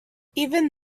even